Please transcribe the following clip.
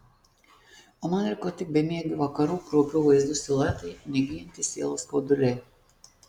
o man liko tik bemiegių vakarų kraupių vaizdų siluetai negyjantys sielos skauduliai